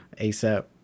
asap